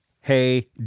hey